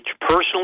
personally